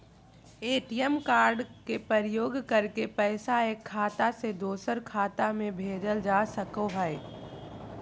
ATM card के प्रयोग करके पैसा एक खाता से दोसर खाता में भेजल जा सको हय